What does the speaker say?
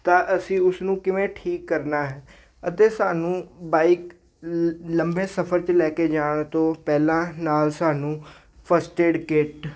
ਤਾਂ ਅਸੀਂ ਉਸ ਨੂੰ ਕਿਵੇਂ ਠੀਕ ਕਰਨਾ ਹੈ ਅਤੇ ਸਾਨੂੰ ਬਾਈਕ ਲ ਲੰਬੇ ਸਫਰ 'ਚ ਲੈ ਕੇ ਜਾਣ ਤੋਂ ਪਹਿਲਾਂ ਨਾਲ ਸਾਨੂੰ ਫਸਟ ਏਡ ਕਿੱਟ